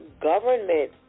government